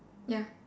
ya